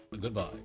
goodbye